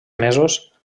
mesos